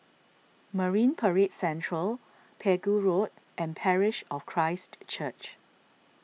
Marine Parade Central Pegu Road and Parish of Christ Church